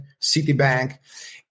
Citibank